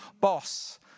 boss